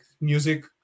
music